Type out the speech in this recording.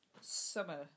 Summer